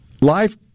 life